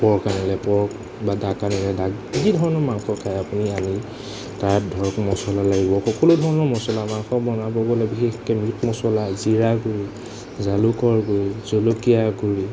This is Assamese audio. পৰ্ক আনিলে পৰ্ক বা দাক আনিলে দাক যি ধৰণৰ মাংস খাই আপুনি আনি তাত ধৰক মছলা লাগিব সকলো ধৰণৰ মছলা মাংস বনাব গ'লে বিশেষকে মিট মছলা জিৰা গুড়ি জালুকৰ গুড়ি জলকীয়া গুড়ি